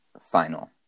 final